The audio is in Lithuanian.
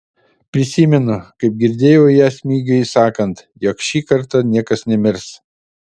prisimenu kaip girdėjau ją smigiui sakant jog šį kartą niekas nemirs